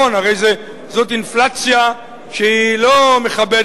הרי זאת אינפלציה שהיא לא מכבדת,